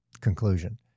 conclusion